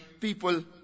people